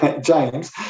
James